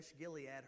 Gilead